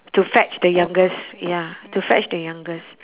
to fetch the youngest ya to fetch the youngest